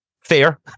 fair